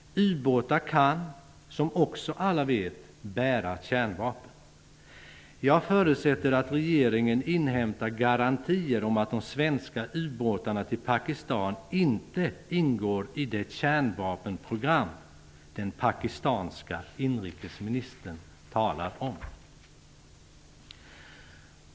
Ubåtar kan -- som också alla vet -- bära kärnvapen. Jag förutsätter att regeringen inhämtar garantier om att de svenska ubåtarna till Pakistan inte ingår i det kärnvapenprogram som den pakistanska inrikesministern talar om.